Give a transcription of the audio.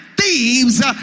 thieves